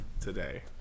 Today